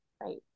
right